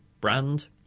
brand